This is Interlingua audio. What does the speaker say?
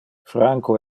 franco